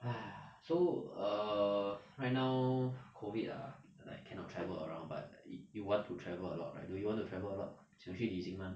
!aiya! so err right now COVID ah like cannot travel around but you you want to travel a lot right do you want to travel a lot 想去旅行吗